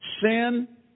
Sin